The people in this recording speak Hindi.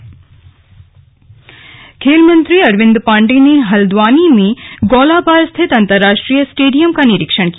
निरीक्षण खेल मंत्री अरविंद पांडे ने हल्द्वानी में गौलापार स्थित अंतरराष्ट्रीय स्टेडियम का निरीक्षण किया